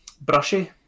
brushy